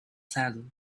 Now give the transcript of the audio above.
saddle